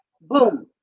boom